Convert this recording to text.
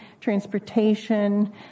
transportation